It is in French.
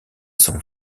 son